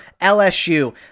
LSU